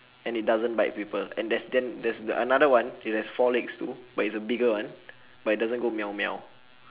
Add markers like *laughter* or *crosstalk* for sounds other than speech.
and it doesn't bite people and there's then there' s the another one it has four legs too but it's a bigger one *noise* but it doesn't go meow meow